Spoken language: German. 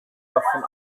davon